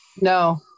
No